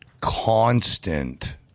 constant